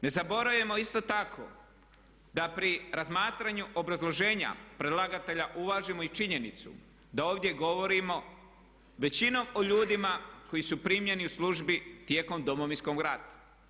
Ne zaboravimo isto tako da pri razmatranju obrazloženja predlagatelja uvažimo i činjenicu da ovdje govorimo većinom o ljudima koji su primljeni u službi tijekom Domovinskog rata.